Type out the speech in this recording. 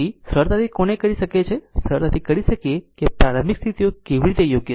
તેથી સરળતાથી કોને કરી શકે છે સરળતાથી કરી શકીએ કે પ્રારંભિક પરિસ્થિતિઓ કેવી રીતે યોગ્ય છે